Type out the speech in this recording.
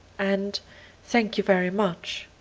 and thank you very much,